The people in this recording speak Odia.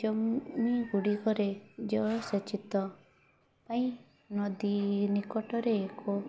ଜମି ଗୁଡ଼ିକରେ ଜଳ ସେଚନ ପାଇଁ ନଦୀ ନିକଟରେ ଏକ